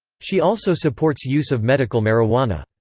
she also supports use of medical marijuana.